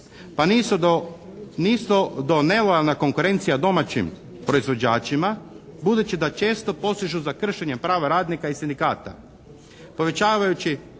pa nisu do nelojalna konkurencija domaćim proizvođačima, budući da često posežu za kršenjem prava radnika i sindikata povećavajući